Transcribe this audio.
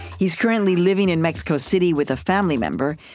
he's currently living in mexico city with a family member.